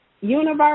universe